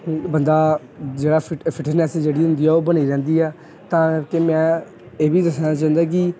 ਬੰਦਾ ਜਿਹੜਾ fit fitness ਜਿਹੜੀ ਹੁੰਦੀ ਹੈ ਉਹ ਬਣੀ ਰਹਿੰਦੀ ਹੈ ਤਾਂ ਕਰਕੇ ਮੈਂ ਇਹ ਵੀ ਦੱਸਣਾ ਚਾਹੁੰਦਾ ਕਿ